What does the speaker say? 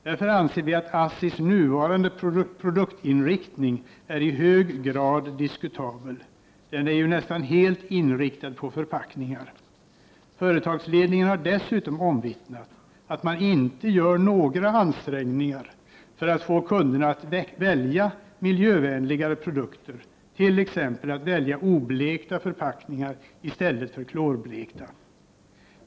Därför anser vi att ASSI:s nuvarande produktinriktning är i hög grad diskutabel, den är ju nästan helt inriktad på förpackningar. Företagsledningen har dessutom omvittnat att man inte gör några ansträngningar att få kunderna att välja miljövänligare produkter, t.ex. att välja oblekta förpackningar i stället för klorblekta.